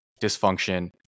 dysfunction